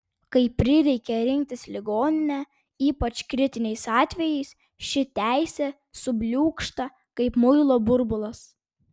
kai prireikia rinktis ligoninę ypač kritiniais atvejais ši teisė subliūkšta kaip muilo burbulas